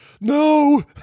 no